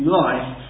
life